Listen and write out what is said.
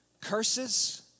Curses